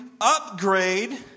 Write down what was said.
upgrade